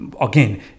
again